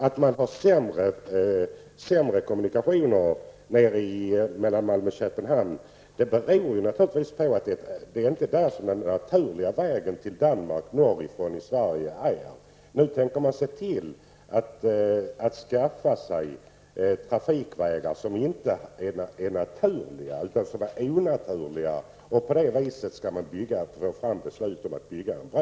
Att kommunikationerna är sämre mellan Malmö och Köpenhamn beror naturligtvis på att det inte är den naturliga vägen till Danmark när man kommer norrifrån, från Sverige. Nu tänker man alltså se till att vi får trafikvägar som inte är naturliga. I stället får vi onaturliga trafikvägar. På det viset skall man få fram ett beslut om ett byggande av en bro.